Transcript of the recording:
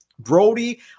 Brody